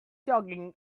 jogging